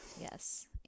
yes